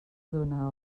dóna